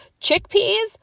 chickpeas